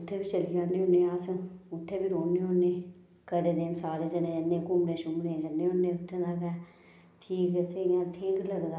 उत्थें बी चली जन्ने होन्ने अस उत्थें बी रौहन्ने होन्ने घरै दे सारे जने रैह्न्ने घूमने शूमने गी जन्ने होन्ने उत्थुआं दा गै ठीक असें इयां ठीक लगदा